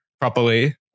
Properly